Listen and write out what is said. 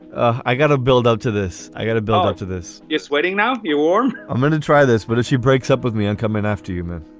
ah i got a build up to this. i got a bill up to this. you're sweating now. you're warm. i'm going to try this but if she breaks up with me, i'm coming after you.